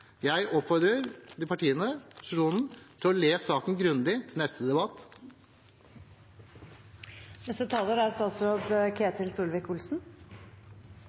Jeg oppfordrer partiene i opposisjonen til å ha lest saken grundig til neste debatt.